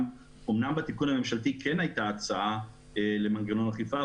אומנם בתיקון הממשלתי הייתה הצעה למנגנון אכיפה,